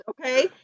okay